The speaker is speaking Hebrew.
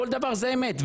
כול דבר זה אמת.